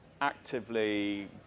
actively